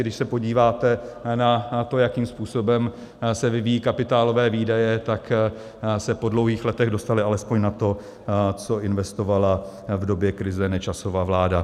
Když se podíváte na to, jakým způsobem se vyvíjí kapitálové výdaje, tak se po dlouhých letech dostaly alespoň na to, co investovala v době krize Nečasova vláda.